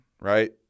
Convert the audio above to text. right